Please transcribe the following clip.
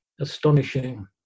astonishing